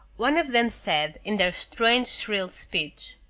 one of them said, in their strange shrill speech,